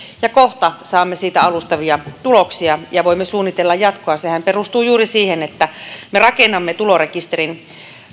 ja kohta saamme siitä alustavia tuloksia ja voimme suunnitella jatkoa sehän perustuu juuri siihen että me rakennamme tulorekisterin